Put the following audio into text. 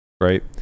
right